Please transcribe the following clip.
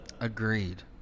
Agreed